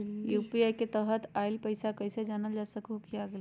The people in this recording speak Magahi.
यू.पी.आई के तहत आइल पैसा कईसे जानल जा सकहु की आ गेल?